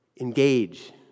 Engage